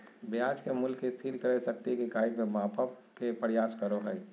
ब्याज के मूल्य के स्थिर क्रय शक्ति के इकाई में मापय के प्रयास करो हइ